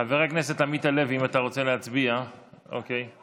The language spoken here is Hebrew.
חבר הכנסת עמית הלוי, אם אתה רוצה להצביע, אוקיי.